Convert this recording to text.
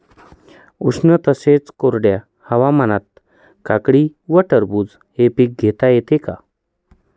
उष्ण तसेच कोरड्या हवामानात काकडी व टरबूज हे पीक घेता येते का?